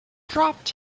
dropped